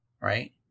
right